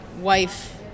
wife